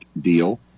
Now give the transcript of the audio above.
deal